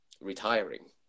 retiring